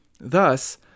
Thus